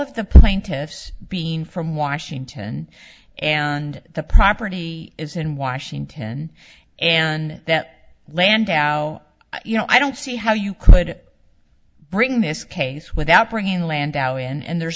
of the plaintiffs being from washington and the property is in washington and that landau you know i don't see how you could bring this case without bringing landau in and there's